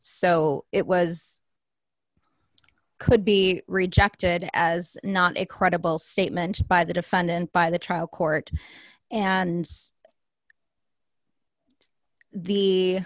so it was could be rejected as not a credible statement by the defendant by the trial court and the